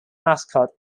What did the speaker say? mascot